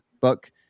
book